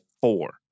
four